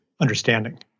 understanding